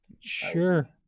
Sure